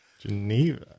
Geneva